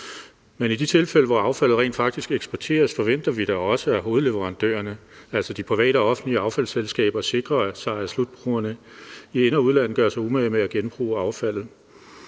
Men i de tilfælde, hvor affaldet rent faktisk eksporteres, forventer vi da også, at hovedleverandørerne, altså de private og offentlige affaldsselskaber, sikrer sig, at slutbrugerne i ind- og udland gør sig umage med at genbruge affaldet.